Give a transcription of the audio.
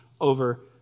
over